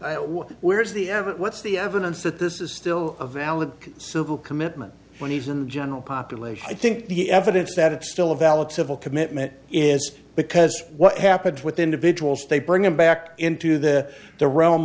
average what's the evidence that this is still a valid civil commitment when he's in the general population i think the evidence that it's still a valid civil commitment is because what happens with individuals they bring him back into the the realm